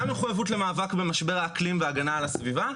גם המחויבות למאבק במשבר האקלים וההגנה על הסביבה,